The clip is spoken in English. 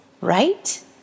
right